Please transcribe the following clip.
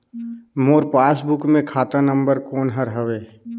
मोर passbook मे खाता number कोन हर हवे?